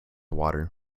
water